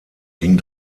ging